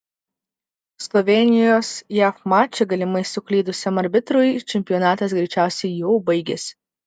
slovėnijos jav mače galimai suklydusiam arbitrui čempionatas greičiausiai jau baigėsi